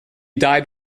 died